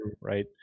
Right